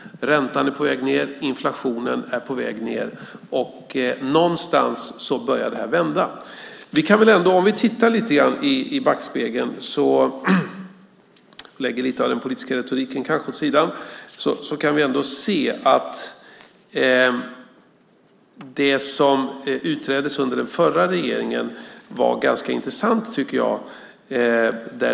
Räntan är på väg ned. Inflationen är på väg ned. Någonstans börjar det här vända. Vi kan ändå, om vi tittar lite grann i backspegeln och kanske lägger lite av den politiska retoriken åt sidan, se att det som utreddes under förra regeringen var ganska intressant, tycker jag.